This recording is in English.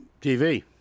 TV